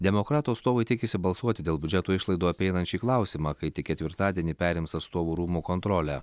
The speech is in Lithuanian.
demokratų atstovai tikisi balsuoti dėl biudžeto išlaidų apeinant šį klausimą kai tik ketvirtadienį perims atstovų rūmų kontrolę